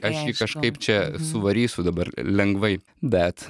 aš jį kažkaip čia suvarysiu dabar lengvai bet